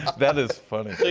that is funny.